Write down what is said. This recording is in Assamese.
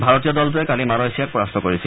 ভাৰতীয় দলটোৱে কালি মালয়েছিয়াক পৰাস্ত কৰিছিল